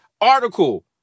article